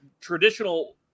traditional